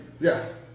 Yes